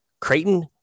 Creighton